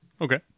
Okay